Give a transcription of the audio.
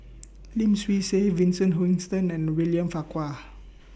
Lim Swee Say Vincent Hoisington and William Farquhar